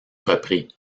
repris